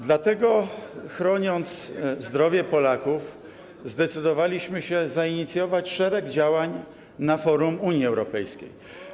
Dlatego chroniąc zdrowie Polaków, zdecydowaliśmy się zainicjować szereg działań na forum Unii Europejskiej.